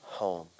home